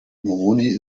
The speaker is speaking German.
moroni